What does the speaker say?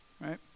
right